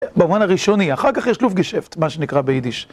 במובן הראשוני, אחר כך יש לופטגשפט, מה שנקרא ביידיש.